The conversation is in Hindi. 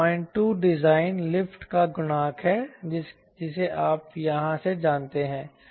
तो 02 डिज़ाइन लिफ्ट का गुणांक है जिसे आप यहाँ से जानते हैं